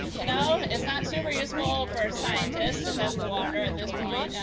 you know, it's not super useful for scientists to test the water at this point,